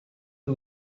who